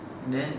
and then